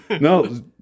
No